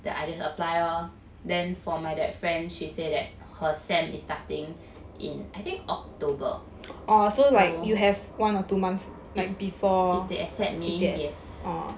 then I just apply lor then for my that friend she said that her sem is starting in I think october so if they accept me yes